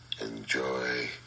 Enjoy